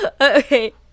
Okay